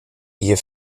ihr